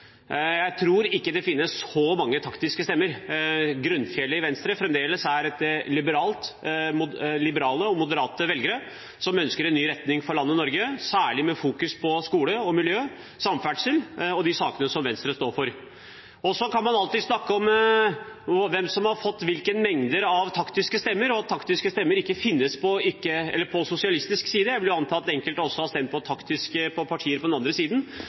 Venstre er fremdeles liberale og moderate velgere som ønsker en ny retning for landet Norge, særlig med fokus på skole, miljø, samferdsel og de sakene som Venstre står for. Så kan man alltids snakke om hvem som har fått hvilke mengder av taktiske stemmer, og at taktiske stemmer ikke finnes på sosialistisk side. Jeg vil anta at enkelte har stemt taktisk på partier også på den andre siden.